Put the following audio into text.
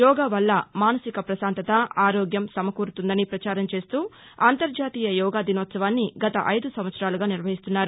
యోగా వల్ల మానసిన ప్రశాంతత ఆరోగ్యం సమకూరుతుందని ప్రచారం చేస్తూ అంతర్జాతీయ యోగా దినోత్సవాన్ని గత ఐదు సంవత్సరాలుగా నిర్వహిస్తున్నారు